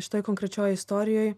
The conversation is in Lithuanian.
šitoj konkrečioj istorijoj